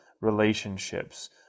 relationships